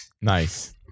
Nice